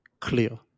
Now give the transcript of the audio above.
clear